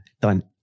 done